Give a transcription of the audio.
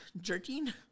jerking